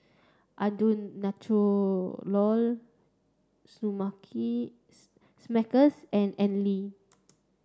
Andalou Natural Smuckers and Anlene